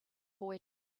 boy